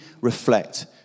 reflect